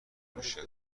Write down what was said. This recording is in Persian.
میشه